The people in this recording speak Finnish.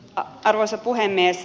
arvoisa puhemies